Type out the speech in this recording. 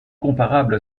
comparable